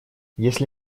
если